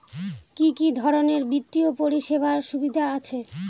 কি কি ধরনের বিত্তীয় পরিষেবার সুবিধা আছে?